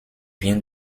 vient